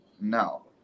no